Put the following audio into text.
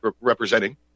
representing